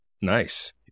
Nice